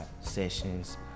Sessions